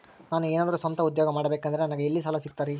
ನಾನು ಏನಾದರೂ ಸ್ವಂತ ಉದ್ಯೋಗ ಮಾಡಬೇಕಂದರೆ ನನಗ ಸಾಲ ಎಲ್ಲಿ ಸಿಗ್ತದರಿ?